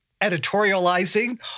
editorializing